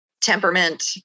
temperament